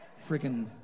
freaking